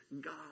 God